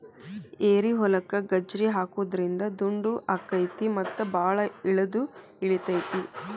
ಏರಿಹೊಲಕ್ಕ ಗಜ್ರಿ ಹಾಕುದ್ರಿಂದ ದುಂಡು ಅಕೈತಿ ಮತ್ತ ಬಾಳ ಇಳದು ಇಳಿತೈತಿ